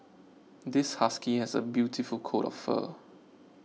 this husky has a beautiful coat of fur